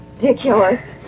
ridiculous